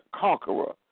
conqueror